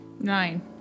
Nine